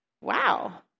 Wow